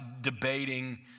debating